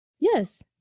Yes